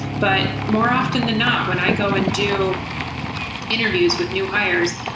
but more often than not, when i go and do interviews with new hires,